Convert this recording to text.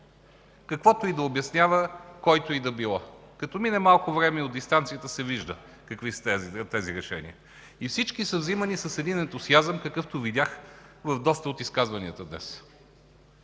Каквото и да обяснява който и да било, като мине малко време от дистанцията се вижда какви са тези решения. И всички са взимани с един ентусиазъм, какъвто видях в доста от изказванията днес.